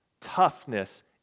Toughness